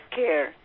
care